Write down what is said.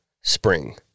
spring